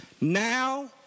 Now